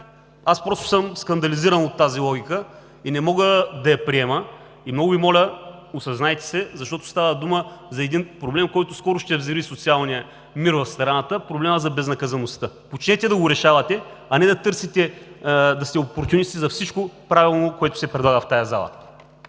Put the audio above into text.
Аз просто съм скандализиран от тази логика и не мога да я приема. Много Ви моля, осъзнайте се, защото става дума за един проблем, който скоро ще взриви социалния мир в страната – проблемът за безнаказаността. Започнете да го решавате, а не да търсите, да сте опортюнисти за всичко правилно, което се предлага в тази зала.